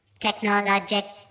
technologic